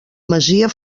masia